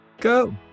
go